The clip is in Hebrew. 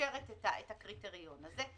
מאשרת את הקריטריון הזה.